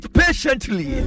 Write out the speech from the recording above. patiently